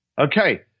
Okay